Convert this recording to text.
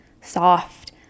soft